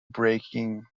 breaking